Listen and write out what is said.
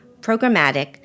programmatic